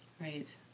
Right